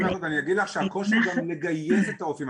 את צודקת מאוד ואני אגיד לך שהקושי גם הוא לגייס את הרופאים.